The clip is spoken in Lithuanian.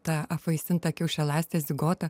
ta apvaisinta kiaušialąstes zigota